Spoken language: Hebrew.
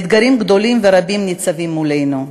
אתגרים גדולים ורבים ניצבים מולנו.